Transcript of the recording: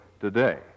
today